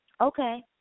okay